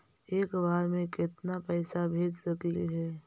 एक बार मे केतना पैसा भेज सकली हे?